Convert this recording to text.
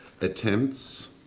attempts